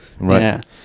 Right